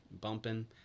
bumping